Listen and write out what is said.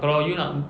kalau you nak